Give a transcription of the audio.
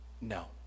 No